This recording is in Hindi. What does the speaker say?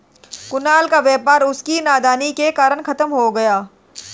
कुणाल का व्यापार उसकी नादानी के कारण खत्म हो गया